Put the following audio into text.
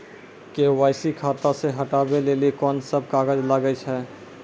KYC खाता से हटाबै लेली कोंन सब कागज लगे छै?